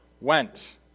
went